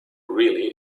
really